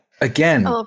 Again